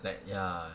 like ya